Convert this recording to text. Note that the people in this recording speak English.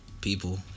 people